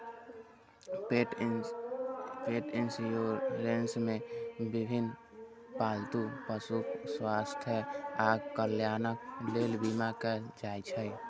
पेट इंश्योरेंस मे विभिन्न पालतू पशुक स्वास्थ्य आ कल्याणक लेल बीमा कैल जाइ छै